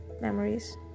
memories